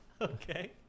Okay